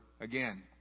again